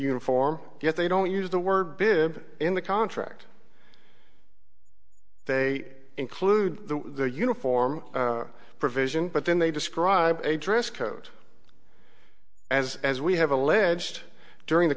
uniform yet they don't use the word bid in the contract they include the uniform provision but then they describe a dress code as as we have alleged during the